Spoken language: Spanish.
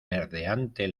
verdeante